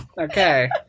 Okay